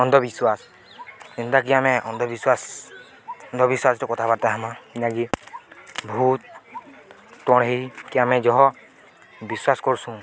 ଅନ୍ଧବିଶ୍ୱାସ ଯେନ୍ତାକି ଆମେ ଅନ୍ଧବିଶ୍ୱାସ ଅନ୍ଧବିଶ୍ୱାସଟ କଥାବାର୍ତ୍ତା ହେମା ଯେକି ଭୁତ ତ଼ଣେଇ କି ଆମେ ଜହ ବିଶ୍ୱାସ କର୍ସୁଁ